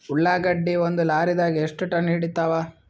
ಉಳ್ಳಾಗಡ್ಡಿ ಒಂದ ಲಾರಿದಾಗ ಎಷ್ಟ ಟನ್ ಹಿಡಿತ್ತಾವ?